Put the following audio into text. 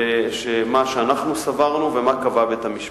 מה אנחנו סברנו ומה קבע בית-המשפט.